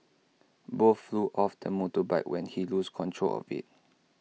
both flew off the motorbike when he lost control of IT